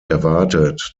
erwartet